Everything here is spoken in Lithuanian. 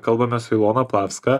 kalbamės su ilona plavska